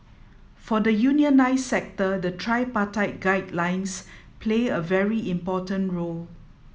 for the unionised sector the tripartite guidelines play a very important role